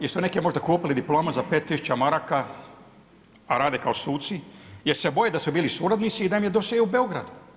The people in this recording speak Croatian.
Jer su neki možda kupili diplome za 5000 maraka, a rade kao suci jer se boje da su bili suradnici i da im je dosje u Beogradu.